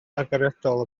agoriadol